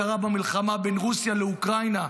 קרה במלחמה בין רוסיה לאוקראינה,